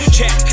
Check